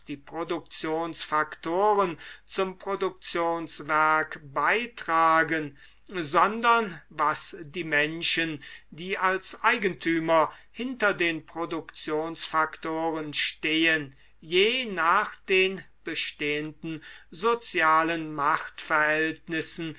die produktionsfaktoren zum produktionswerk beitragen sondern was die menschen die als eigentümer hinter den produktionsfaktoren stehen je nach den bestehenden sozialen machtverhältnissen